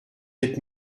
êtes